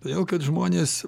todėl kad žmonės